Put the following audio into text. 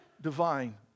divine